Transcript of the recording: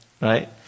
right